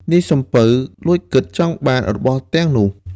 នាយសំពៅលួចគិតចង់បានរបស់ទាំងនោះ។